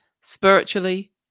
spiritually